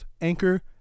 Anchor